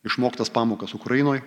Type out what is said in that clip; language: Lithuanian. išmoktas pamokas ukrainoj